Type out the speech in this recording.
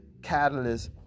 catalysts